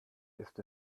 ist